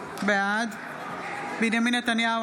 בעד בנימין נתניהו,